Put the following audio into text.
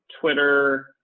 Twitter